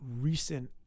recent